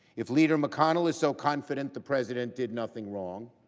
if leader mcconnell is so confident the president did nothing wrong,